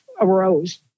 arose